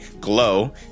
glow